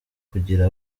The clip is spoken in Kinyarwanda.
kugira